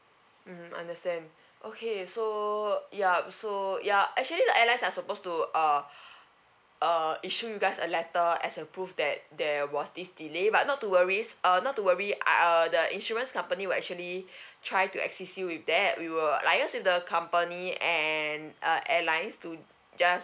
mmhmm understand okay so yup so ya actually the airlines are supposed to uh uh issue you guys a letter as a proof that there was this delay but not to worries uh not to worry uh the insurance company will actually try to assist you with that we will liaise with the company and uh airlines to just